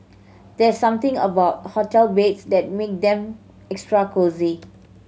there's something about hotel beds that make them extra cosy